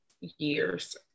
years